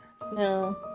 No